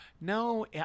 No